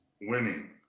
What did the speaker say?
Winning